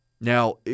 Now